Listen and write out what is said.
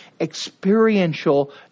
experiential